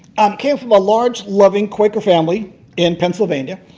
and came from a large, loving quaker family in pennsylvania.